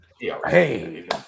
Hey